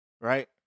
Right